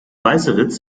weißeritz